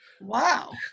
wow